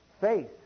Faith